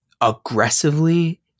aggressively